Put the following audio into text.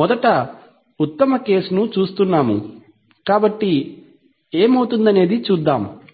మొదట ఉత్తమ కేస్ ను చూస్తున్నాము కాబట్టి ఏమవుతుందనేది చూద్దాం